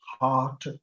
heart